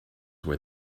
where